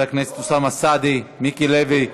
חבר הכנסת אוסאמה סעדי, מיקי לוי,